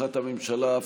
בתמיכת הממשלה,